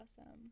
awesome